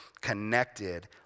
connected